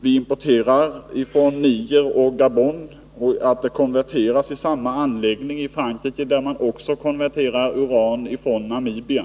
vi importerar från Niger och Gabon, varefter uranet konverteras i samma anläggning i Frankrike som också konverterar uran från Namibia.